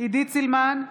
עידית סילמן,